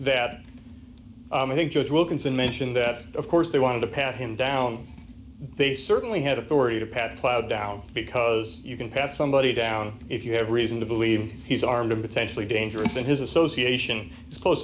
that i think wilkinson mentioned that of course they wanted to pass him down they certainly had authority to pat plow down because you can pat somebody down if you have reason to believe he's armed and potentially dangerous to his association close